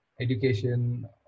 education